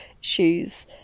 shoes